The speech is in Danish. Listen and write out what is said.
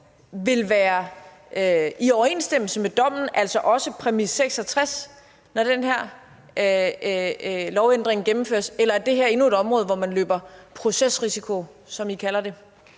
vil være i overensstemmelse med dommen, altså også præmis 66, når den her lovændring gennemføres, eller er det her endnu et område, hvor man løber procesrisiko, som I kalder det?